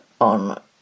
on